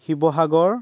Sivasagar